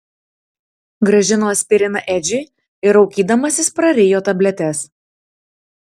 grąžino aspiriną edžiui ir raukydamasis prarijo tabletes